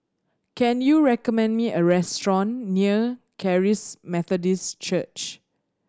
can you recommend me a restaurant near Charis Methodist Church